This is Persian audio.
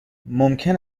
ممکن